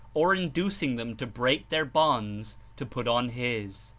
or inducing them to break their bonds to put on his.